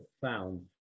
found